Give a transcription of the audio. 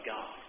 God